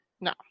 No